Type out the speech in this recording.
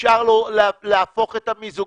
אפשר להפוך את המיזוג,